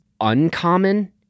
uncommon